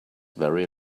very